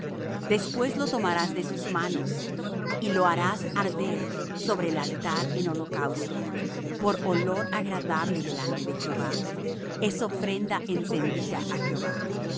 después lo tomarás de sus manos y lo harás arder sobre el altar en holocausto por olor agradable delante de jehová es ofrenda encendida á jehová